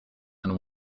and